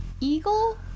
eagle